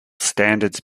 standards